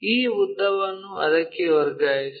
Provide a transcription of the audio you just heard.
ಈ ಉದ್ದವನ್ನು ಅದಕ್ಕೆ ವರ್ಗಾಯಿಸಿ